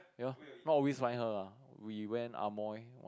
ya not always find her ah we went Amoy